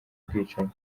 ubwicanyi